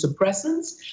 suppressants